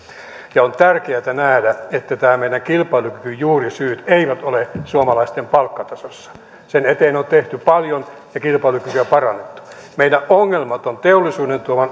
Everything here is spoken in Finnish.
on tärkeätä nähdä että meidän kilpailukykymme juurisyyt eivät ole suomalaisten palkkatasossa sen eteen on tehty paljon ja kilpailukykyä parannettu meidän ongelmamme ovat teollisuuden